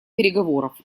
переговоров